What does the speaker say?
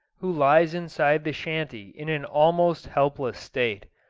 who lies inside the shanty in an almost helpless state.